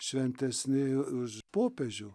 šventesni už popiežių